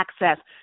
access